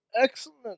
Excellent